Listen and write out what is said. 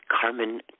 Carmen